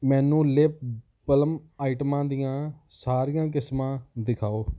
ਮੈਨੂੰ lip balm ਆਈਟਮਾਂ ਦੀਆਂ ਸਾਰੀਆਂ ਕਿਸਮਾਂ ਦਿਖਾਓ